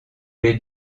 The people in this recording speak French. les